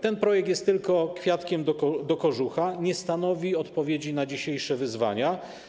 Ten projekt jest tylko kwiatkiem do kożucha, nie stanowi odpowiedzi na dzisiejsze wyzwania.